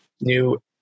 new